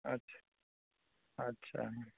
आठ आठ सए ने